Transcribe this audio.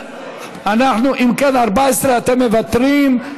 15. אם כן, 14, אתם מוותרים.